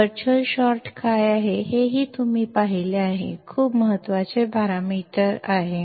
virtual short ಎಂದರೇನು ಎಂದು ನೀವು ನೋಡಿದ್ದೀರಿ ವರ್ಚುವಲ್ ಶಾರ್ಟ್ ಬಹಳ ಮುಖ್ಯವಾದ ಪ್ಯಾರಾಮೀಟರ್ ಆಗಿದೆ